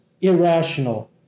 irrational